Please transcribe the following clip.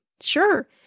Sure